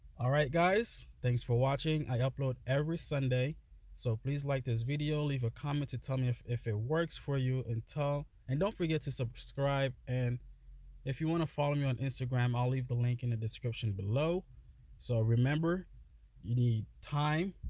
alright guys. thanks for watching. i upload every sunday so please like this video leave a comment to tell me if if it works for you and tell, and don't forget to subscribe and if you want to follow me on instagram? i'll leave the link in the description below so remember you need time,